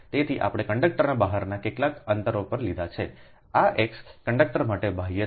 તેથી આપણે કંડકટરની બહારના કેટલાક અંતર પર લીધા છે આ x કંડક્ટર માટે બાહ્ય છે